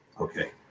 Okay